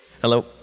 Hello